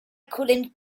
couldn’t